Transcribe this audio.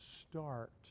start